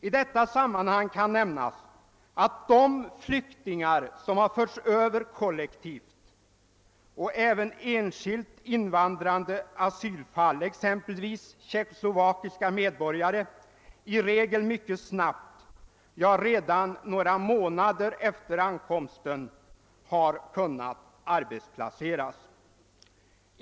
I detta sammanhang kan nämnas att de flyktingar som har förts över kollektivt och även enskilt invandrande asylfall, exempelvis tjeckoslovakiska medborgare, i regel mycket snabbt, ja, redan några månader efter ankomsten hit har kunnat arbetsplaceras.